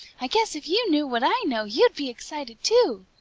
i guess if you knew what i know, you'd be excited too.